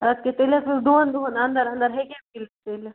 آدٕ کہِ تیٚلہِ حظ گٔژھ دۄن دۄہن انٛدر انٛدر ہیٚکہِ حظ تیٚلہِ میٖلِتھ